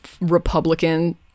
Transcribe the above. Republican